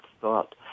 thought